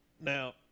Now